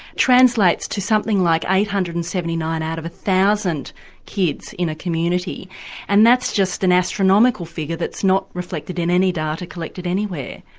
translates to something like eight hundred and seventy nine out of one thousand kids in a community and that's just an astronomical figure that's not reflected in any data collected anywhere.